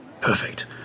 Perfect